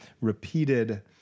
repeated